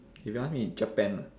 if you ask me japan lah